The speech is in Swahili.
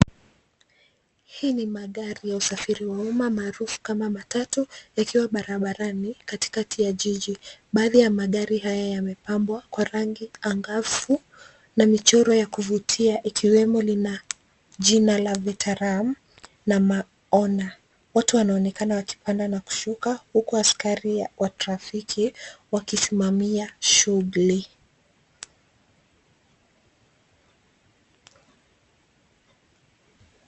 Hii ni magari ya usafiri wa umma maarufu kama matatu yakiwa barabarani katikati ya jiji. Baadhi ya magari haya yamepambwa kwa rangi angavu na michoro ya kuvutia ikiwemo lina jina la veteran na Moana . Watu wanaonekana wakipanda na kushuka huku askari wa trafiki wakisimamia shughuli.